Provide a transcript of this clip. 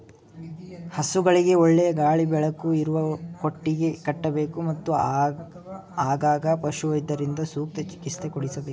ಹಸುಗಳಿಗೆ ಒಳ್ಳೆಯ ಗಾಳಿ ಬೆಳಕು ಇರುವ ಕೊಟ್ಟಿಗೆ ಕಟ್ಟಬೇಕು, ಮತ್ತು ಆಗಾಗ ಪಶುವೈದ್ಯರಿಂದ ಸೂಕ್ತ ಚಿಕಿತ್ಸೆ ಕೊಡಿಸಬೇಕು